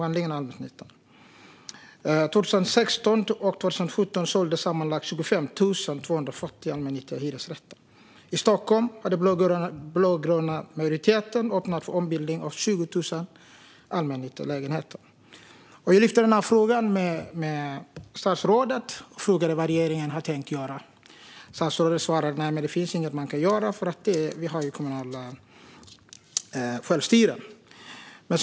Åren 2016-2017 såldes sammanlagt 25 240 allmännyttiga hyresrätter. I Stockholm har den blågröna majoriteten ordnat för ombildning av 20 000 allmännyttiga lägenheter. Jag tog upp den här frågan med statsrådet och frågade vad regeringen tänkte göra. Statsrådet svarade: Det finns inget man kan göra, för vi har ju kommunalt självstyre.